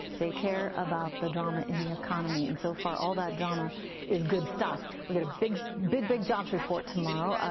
they care about the drama in the economy. and so far all that drama is good stuff. but big, so big big jobs report tomorrow,